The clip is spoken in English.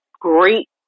great